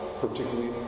particularly